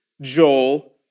Joel